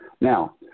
Now